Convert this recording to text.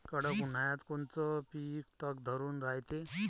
कडक उन्हाळ्यात कोनचं पिकं तग धरून रायते?